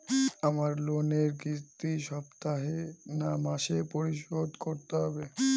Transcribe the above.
আমার লোনের কিস্তি সপ্তাহে না মাসে পরিশোধ করতে হবে?